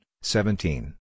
seventeen